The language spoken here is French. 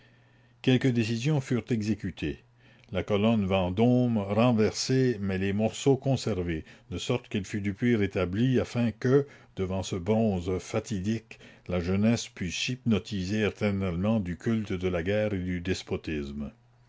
quelques décisions furent exécutées la colonne vendôme renversée mais les morceaux conservés de sorte qu'elle fut depuis rétablie afin que devant ce bronze fatidique la jeunesse pût s'hypnotiser éternellement du culte de la guerre et du